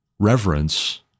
Reverence